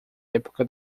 época